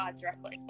directly